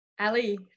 ali